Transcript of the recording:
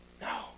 No